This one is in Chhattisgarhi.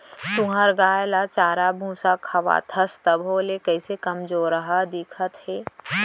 तुंहर गाय ल चारा भूसा खवाथस तभो ले कइसे कमजोरहा दिखत हे?